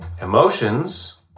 emotions